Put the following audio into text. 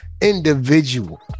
individual